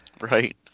Right